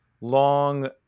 long